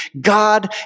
God